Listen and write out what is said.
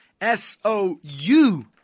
S-O-U